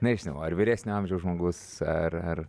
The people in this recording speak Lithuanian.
nežinau ar vyresnio amžiaus žmogus ar ar